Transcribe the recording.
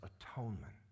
atonement